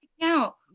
out